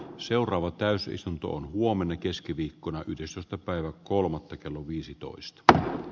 seuraava täysistuntoon huomenna keskiviikkona yhdestoista päivä kolmatta kello ensimmäinen varapuhemies